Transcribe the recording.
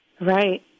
Right